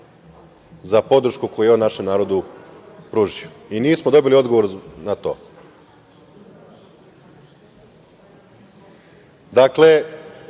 za podršku koju je on našem narodu pružio. Nismo dobili odgovor na to. Dakle,